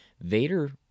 Vader